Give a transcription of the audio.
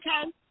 okay